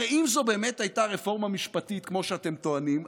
הרי אם זו באמת הייתה רפורמה משפטית כמו שאתם טוענים,